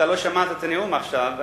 אתה לא שמעת את הנאום עכשיו,